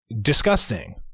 disgusting